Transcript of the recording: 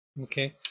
Okay